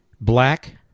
black